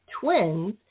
twins